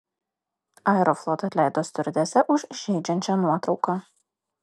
aeroflot atleido stiuardesę už įžeidžiančią nuotrauką